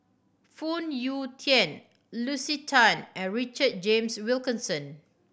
Phoon Yew Tien Lucy Tan and Richard James Wilkinson